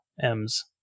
m's